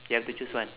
you have to choose one